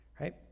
right